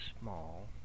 small